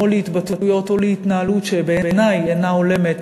התבטאויות או התנהלות שבעיני אינה הולמת